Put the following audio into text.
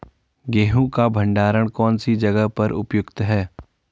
गेहूँ का भंडारण कौन सी जगह पर उपयुक्त है?